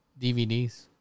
DVDs